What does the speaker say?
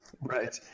Right